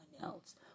else